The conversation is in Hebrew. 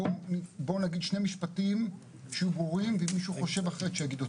בואו נגיד שני משפטים שיהיו ברורים ואם מישהו חשוב אחרת שיגיד.